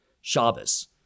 Shabbos